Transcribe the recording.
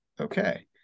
okay